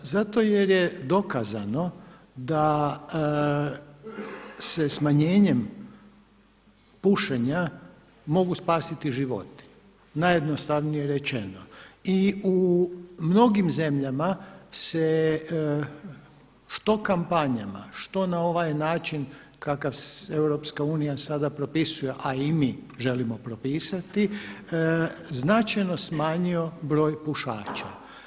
Zato jer je dokazano da se smanjenjem pušenja mogu spasiti životi, najjednostavnije rečeno, i u mnogim zemljama se što kampanjama, što na ovaj način kakav Europska unija sada propisuje a i mi želimo propisati značajno smanjio broj pušača.